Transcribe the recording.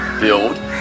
build